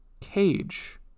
cage